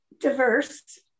diverse